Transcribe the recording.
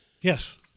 Yes